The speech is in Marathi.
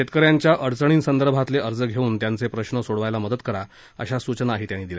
शेतकऱ्यांच्या अडचणींसंदर्भातले अर्ज घेऊन त्यांचे प्रश्न सोडवायला मदत करा अशा स्चना त्यांनी दिल्या